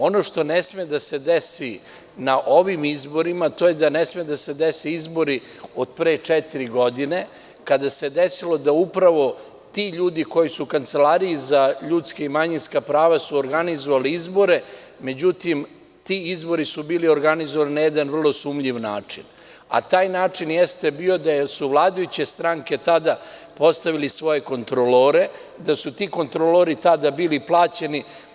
Ono što ne sme da se desi na ovim izborima to je da ne sme da se dese izbori od pre četiri godine, kada se desilo da upravo ti ljudi koji su u Kancelariji za ljudska i manjinska prava su organizovali izbore, međutim ti izbori su bili organizovani na jedan vrlo sumnjiv način, a taj način jeste bio da su vladajuće stranke tada postavile svoje kontrolore i da su ti kontrolori tada bili plaćeni.